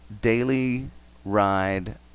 dailyride